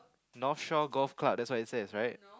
North Shore Golf Club thats what it says right